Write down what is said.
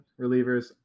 relievers